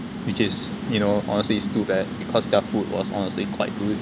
which is you know honestly it's too bad because their food was honestly quite good